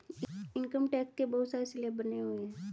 income tax के बहुत सारे स्लैब बने हुए हैं